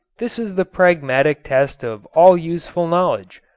this is the pragmatic test of all useful knowledge.